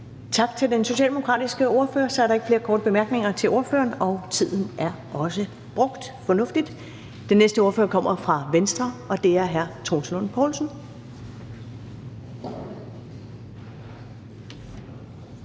Tak til den socialdemokratiske ordfører. Der er ikke flere korte bemærkninger til ordføreren, og tiden er også brugt fornuftigt. Den næste ordfører kommer fra Venstre, og det er hr. Troels Lund Poulsen.